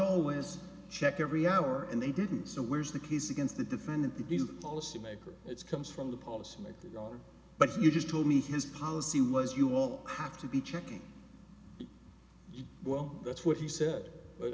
always check every hour and they didn't so where's the case against the defendant to be forced to make or it's comes from the policy maker but you just told me his policy was you will have to be checking well that's what he said but